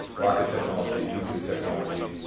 rocket technology, nuclear technology,